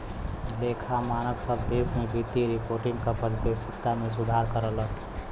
लेखा मानक सब देश में वित्तीय रिपोर्टिंग क पारदर्शिता में सुधार करलन